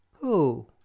Who